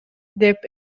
деп